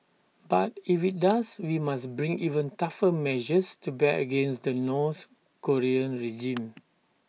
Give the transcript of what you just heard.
but if IT does we must bring even tougher measures to bear against the north Korean regime